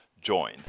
join